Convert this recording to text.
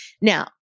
Now